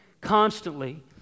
constantly